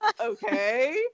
okay